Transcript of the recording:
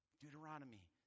Deuteronomy